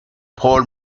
paul